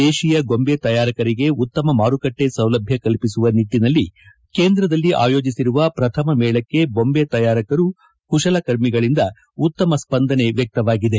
ದೇಹೀಯ ಗೊಂಬೆ ತಯಾರಿಕರಿಗೆ ಉತ್ತಮ ಮಾರುಕಟ್ಟೆ ಸೌಲಭ್ಯ ಕಲ್ಪಿಸುವ ನಿಟ್ಟನಲ್ಲಿ ಕೇಂದ್ರದಲ್ಲಿ ಆಯೋಜಿಸಿರುವ ಪ್ರಥಮ ಮೇಳಕ್ಕೆ ಬೊಂಬೆ ತಯಾರಕರು ಕುಶಲಕರ್ಮಿಗಳಿಂದ ವ್ಯಕ್ತವಾಗಿದೆ